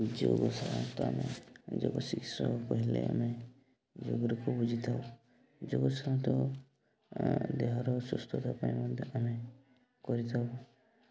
ଯୋଗ ଆମେ ଯୋଗ ଚିକିତ୍ସା କହିଲେ ଆମେ ଯୋଗରେକୁ ବୁଝିଥାଉ ଯୋଗସାନ୍ତ ଦେହର ସୁସ୍ଥତା ପାଇଁ ମଧ୍ୟ ଆମେ କରିଥାଉ